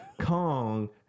Kong